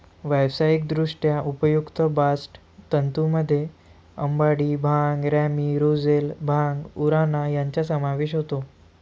व्यावसायिकदृष्ट्या उपयुक्त बास्ट तंतूंमध्ये अंबाडी, भांग, रॅमी, रोझेल, भांग, उराणा यांचा समावेश होतो